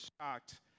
shocked